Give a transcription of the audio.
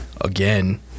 Again